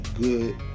good